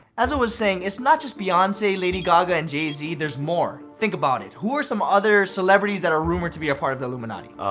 as i was saying, it's not just beyonce, lady gaga and jay-z. there's more. think about it. who are some other celebrities that are rumored to be a part of the illuminati? ah,